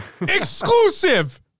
Exclusive